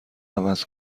عوض